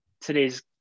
today's